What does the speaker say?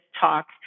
talk